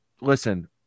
listen